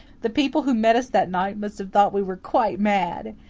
the people who met us that night must have thought we were quite mad.